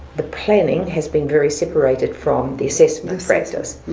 the planning has been very separated from the assessments practice.